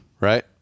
right